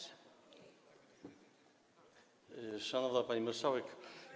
Szanowna Pani Marszałek!